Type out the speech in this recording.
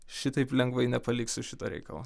šitaip lengvai nepaliksiu šito reikalo